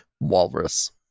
Walrus